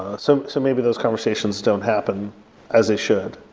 ah so so maybe those conversations don't happen as they should.